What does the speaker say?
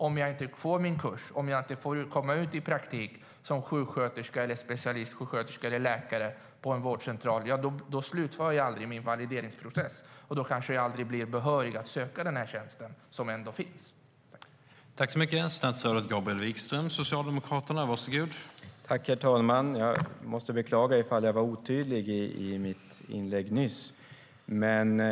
Om jag inte får min kurs, om jag inte får komma i praktik som sjuksköterska, specialistsjuksköterska eller läkare på en vårdcentral betyder det att jag inte slutför min valideringsprocess och kanske aldrig blir behörig att söka de tjänster som trots allt finns.